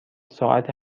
ساعت